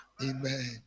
Amen